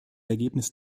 ergebnis